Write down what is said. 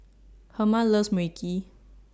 Herma loves Mui Kee